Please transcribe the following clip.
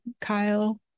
Kyle